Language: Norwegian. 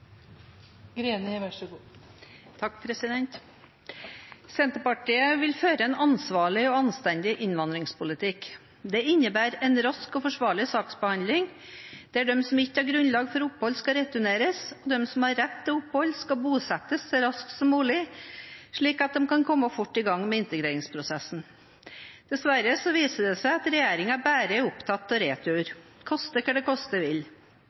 skal bosettes så raskt som mulig, slik at de kan komme fort i gang med integreringsprosessen. Dessverre viser det seg at regjeringen bare er opptatt av retur, koste hva det koste vil.